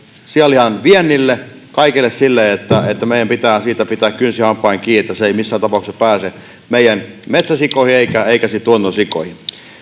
sianlihan viennille kaikelle sille eli meidän pitää siitä pitää kynsin hampain kiinni että tauti ei missään tapauksessa pääse meidän metsäsikoihin eikä eikä tuotantosikoihin